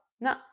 No